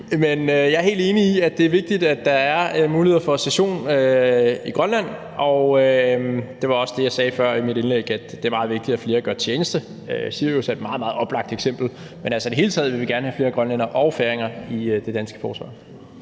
Men jeg er helt enig i, at det er vigtigt, at der er muligheder for session i Grønland, og der sagde jeg også før i mit indlæg, at det er meget vigtigt, at flere gør tjeneste. Siriuspatruljen er et meget, meget oplagt eksempel, men i det hele taget vil vi gerne have flere grønlændere og færinger i det danske forsvar.